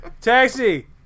Taxi